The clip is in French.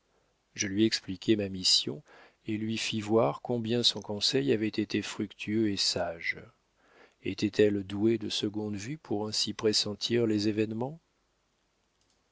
je lui expliquai ma mission et lui fis voir combien son conseil avait été fructueux et sage était-elle douée de seconde vue pour ainsi pressentir les événements